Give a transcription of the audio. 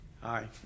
Hi